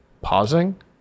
pausing